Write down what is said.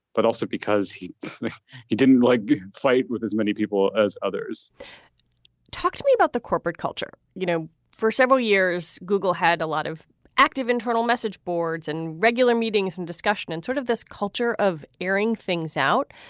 but also because he he didn't like flight with as many people as others talk to me about the corporate culture. you know, for several years, google had a lot of active internal message boards and regular meetings and discussion and sort of this culture of airing things out.